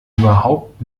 überhaupt